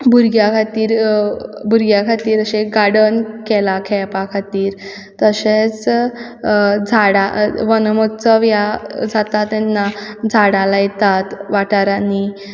भुरग्या खातीर भुरग्यां खातीर अशें गार्डन केलां खेळपा खातीर तशेंच झाडां वनमहोत्सव ह्या जाता तेन्ना झाडां लायतात वाठारांनी